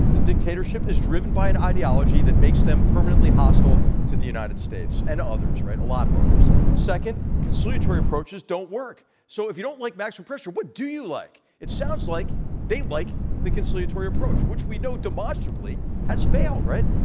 the dictatorship is driven by an ideology that makes them permanently hostile to the united states and others, right? a lot of others. second, conciliatory approaches don't work. so, if you don't like maximum pressure, what do you like? it sounds like they like the conciliatory approach, which we know demonstrably has failed, right?